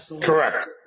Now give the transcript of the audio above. Correct